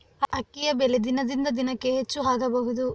ಅಕ್ಕಿಯ ಬೆಲೆ ದಿನದಿಂದ ದಿನಕೆ ಹೆಚ್ಚು ಆಗಬಹುದು?